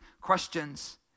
questions